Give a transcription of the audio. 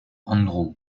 andrew